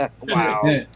Wow